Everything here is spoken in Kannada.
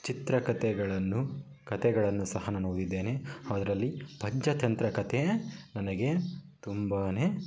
ಚಿತ್ರಕತೆಗಳನ್ನು ಕತೆಗಳನ್ನು ಸಹ ನಾನು ಓದಿದ್ದೇನೆ ಅದರಲ್ಲಿ ಪಂಚತಂತ್ರ ಕತೆ ನನಗೆ ತುಂಬಾ